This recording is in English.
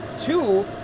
Two